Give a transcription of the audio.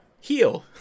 Heal